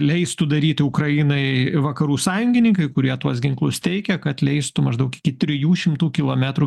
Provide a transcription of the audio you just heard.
leistų daryti ukrainai vakarų sąjungininkai kurie tuos ginklus teikia kad leistų maždaug iki trijų šimtų kilometrų